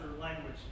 language